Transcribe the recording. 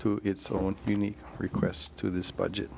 to its own unique requests to this budget